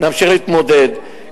נמשיך להתמודד.